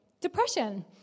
Depression